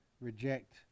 reject